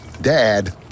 dad